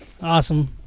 Awesome